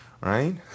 right